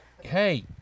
Hey